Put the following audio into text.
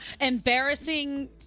embarrassing